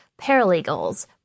paralegals